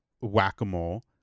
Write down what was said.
whack-a-mole